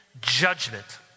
judgment